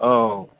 औ